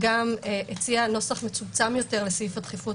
גם הציעה נוסח מצומצם יותר לסעיף הדחיפות,